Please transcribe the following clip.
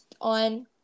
on